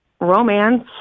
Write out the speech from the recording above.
romance